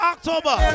October